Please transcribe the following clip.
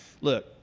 look